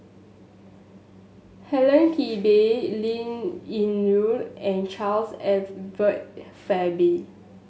Helen Gilbey Linn In Ru and Charles Edward Faber